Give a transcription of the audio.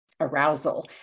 arousal